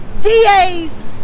DAs